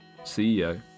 CEO